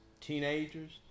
teenagers